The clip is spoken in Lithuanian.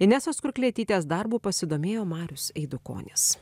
inesos kurklietytės darbu pasidomėjo marius eidukonis